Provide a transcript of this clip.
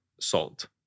salt